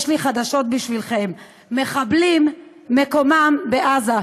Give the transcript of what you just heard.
יש לי חדשות בשבילכם: מחבלים מקומם בעזה.